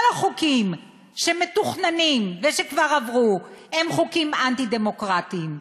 כל החוקים שמתוכננים ושכבר עברו הם חוקים אנטי-דמוקרטיים.